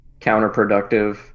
counterproductive